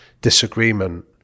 disagreement